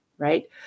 right